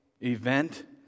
event